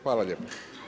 Hvala lijepa.